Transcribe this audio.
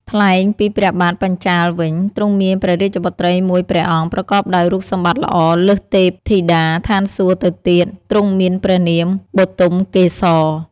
ថ្លែងពីព្រះបាទបញ្ចាល៍វិញ ទ្រង់មានព្រះរាជបុត្រីមួយព្រះអង្គប្រកបដោយរូបសម្បត្តិល្អលើសទេពធីតាឋានសួគ៌ទៅទៀត ទ្រង់មានព្រះនាមបុទមកេសរ។